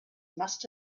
must